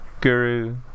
Guru